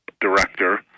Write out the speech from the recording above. director